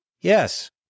Yes